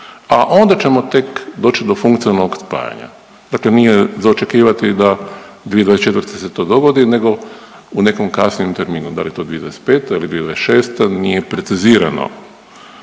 a onda ćemo tek doći do funkcionalnog spajanja. Dakle, nije za očekivati da 2024. se to dogodi nego u nekom kasnijem terminu da li je to 2025. ili 2026. nije precizirano.